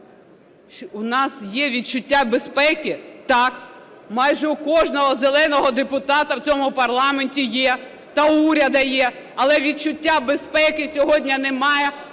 У нас є відчуття безпеки? Так, майже у кожного "зеленого" депутата в цьому парламенті є, та в уряду є. Але відчуття безпеки сьогодні немає